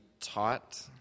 taught